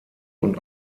und